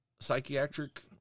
Psychiatric